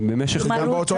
כלומר